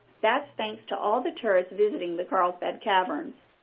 that's thanks to all the tourists visiting the carlsbad caverns.